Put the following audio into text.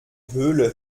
höhle